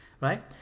right